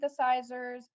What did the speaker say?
synthesizers